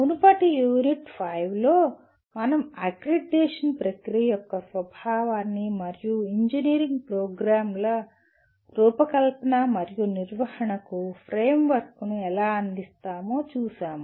మునుపటి unit U5 లో మనం అక్రిడిటేషన్ ప్రక్రియ యొక్క స్వభావాన్ని మరియు ఇంజనీరింగ్ ప్రోగ్రామ్ల రూపకల్పన మరియు నిర్వహణకు ఫ్రేమ్వర్క్ను ఎలా అందిస్తామో చూశాము